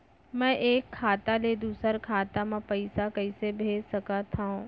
मैं एक खाता ले दूसर खाता मा पइसा कइसे भेज सकत हओं?